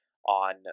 on